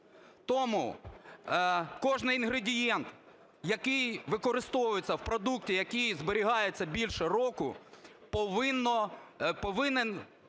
Тому кожний інгредієнт, який використовується в продукті, який зберігається більше року, повинен